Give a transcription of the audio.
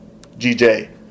GJ